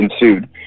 ensued